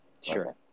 sure